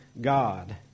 God